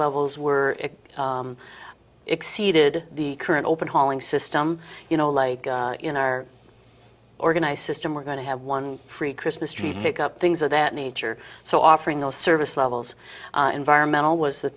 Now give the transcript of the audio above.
levels were it exceeded the current open hauling system you know like in our organize system we're going to have one free christmas tree to make up things of that nature so offering those service levels environmental was the